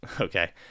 Okay